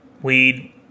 weed